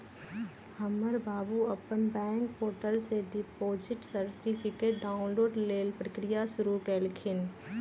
हमर बाबू अप्पन बैंक पोर्टल से डिपॉजिट सर्टिफिकेट डाउनलोड लेल प्रक्रिया शुरु कलखिन्ह